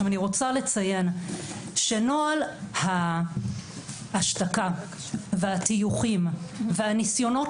אני רוצה לציין שנוהל ההשתקה והטיוחים והניסיונות